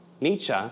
Nietzsche